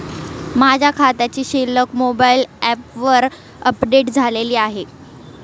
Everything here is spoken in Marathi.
माझ्या खात्याची शिल्लक मोबाइल ॲपवर अपडेट झालेली नाही